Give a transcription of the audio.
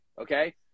Okay